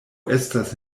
estas